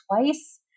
twice